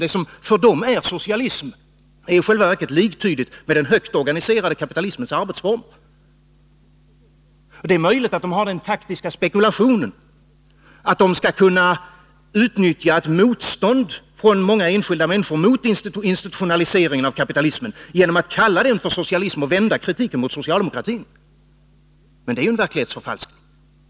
Det som för dem är socialism är i själva verket liktydigt med den högt organiserade kapitalismens arbetsformer. Det är möjligt att de borgerliga har den taktiska spekulationen att de skall kunna utnyttja ett motstånd från många enskilda människor mot institutionaliseringen av kapitalismen genom att kalla den för socialism och vända kritiken mot socialdemokratin. Men det är ju en verklighetsförfalskning.